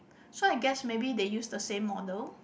so I guess maybe they use the same model